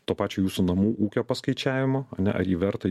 to pačio jūsų namų ūkio paskaičiavimo ane ar jį verta